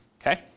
Okay